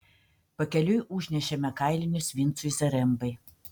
pakeliui užnešėme kailinius vincui zarembai